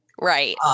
Right